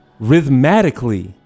rhythmatically